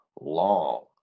long